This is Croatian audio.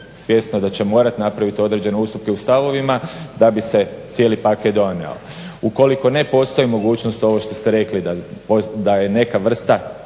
svjesno da će morati napraviti određene ustupke u stavovima da bi se cijeli paket donio. Ukoliko ne postoji mogućnost ovo što ste rekli da je neka vrsta